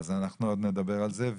אנחנו עוד נדבר על זה.